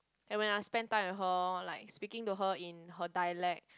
like when I spend time with her like speaking to her in her dialect